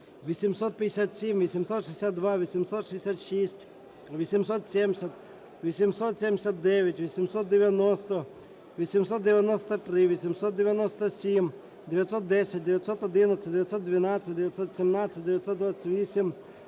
857, 862, 866, 870, 879, 890, 893, 897, 910, 911, 912, 917, 928,